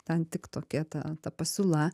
ten tik tokia ta ta pasiūla